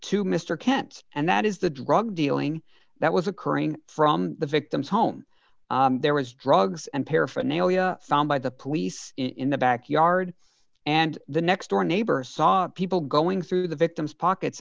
to mr kent and that is the drug dealing that was occurring from the victim's home there was drugs and paraphernalia found by the police in the back yard and the next door neighbor saw people going through the victim's pockets